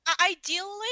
Ideally